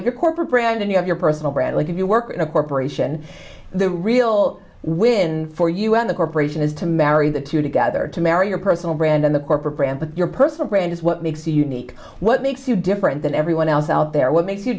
your corporate brand and you have your personal brand like if you work in a corporation the real win for you and the corporation is to marry the two together to marry your personal brand and the corporate brand but your personal brand is what makes you unique what makes you different than everyone else out there what makes you